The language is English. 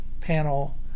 panel